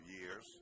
years